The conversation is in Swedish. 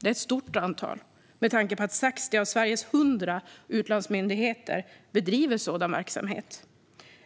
Det är ett stort antal, med tanke på att 60 av Sveriges ca 100 utlandsmyndigheter bedriver sådan verksamhet.